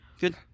Good